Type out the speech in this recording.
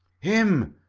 him,